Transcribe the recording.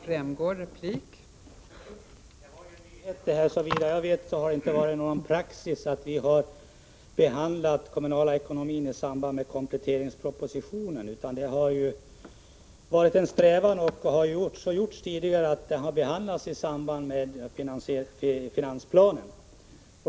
Fru talman! Det här var ju nyheter. Såvitt jag vet har det inte varit någon praxis att vi behandlat kommunernas ekonomi i samband med kompletteringspropositionen, utan det har varit en strävan — så har också gjorts tidigare — att behandla denna fråga i samband med finansplanen.